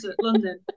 london